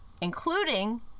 including